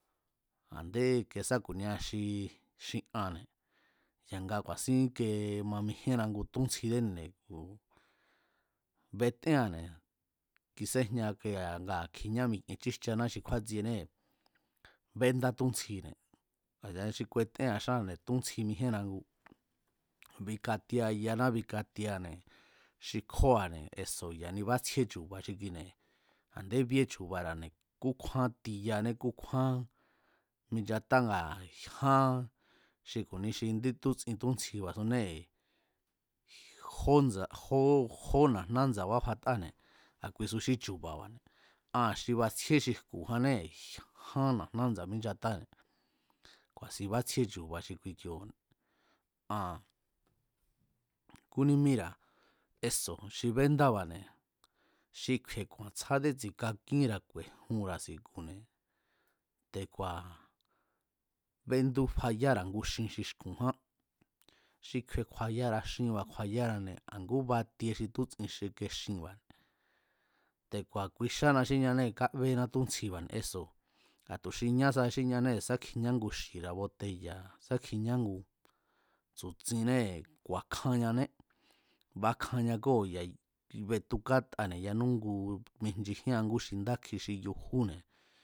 A̱nde sá ku̱nia xi anne̱ ya̱nga ku̱a̱sin íke mamijíenna ngu túntsji dénine̱ betéanne̱ kiséjña kuia̱ ngaa̱ kjiñá mikien chíjchaná xi kjúátsienee̱ béndá túntsjine̱ tu̱yani xi kuetéan túntsji mijíenna ngu, bikatiea yaná bikatieane̱ xi kjóo̱a̱ne eso̱ ya̱ni bátsjíé chu̱ba̱ xi kine̱ a̱ndé bíéchu̱ba̱ra̱ne̱ kúkjúán ti yané kúkjúan minchatá ngaa̱ jyán xi ku̱ni xi indí tútsin túntsjiba̱ sunee̱ jóndsa̱ jó na̱jna ndsa̱aba fatáne̱ a kuisu xí chu̱ba̱ba̱ne̱ aa̱n xi batsjíé xi jku̱janee̱ jyan na̱jná ndsa̱a mínchatáne̱ ku̱a̱sin bátsjíechu̱ba̱ xi kui kioo̱ne̱ aa̱n kúnímíra̱ eso̱ xi bendába̱ne̱ xi kju̱i̱e̱ ku̱a̱n tsjádé tsi̱kakínra̱ ku̱e̱junra̱ si̱ku̱ne̱ te̱ku̱a̱ béndú fayára̱ ngu xin xi xku̱ján xi kju̱i̱e̱ kju̱a̱yara̱ xinba̱ kju̱a̱yara̱ne̱ a̱ngú batie xi tútsi xi xinba̱ne̱ te̱ku̱a̱ kui xana xíñánée̱ kábena túntsjiba̱ne̱ eso̱ a̱ tu xí ñásaa xí ñanée̱ sá kjiñána ngú xira̱ boteya̱ sá kjiña ngu tsu̱tsinnee̱ ku̱a̱kjanñané, bakjanñakóo̱ ya̱ ki betukátane̱ yanú ngu, mijnchijían ngú xi ndá kji xi yujúne̱